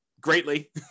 greatly